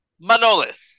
Manolis